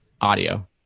audio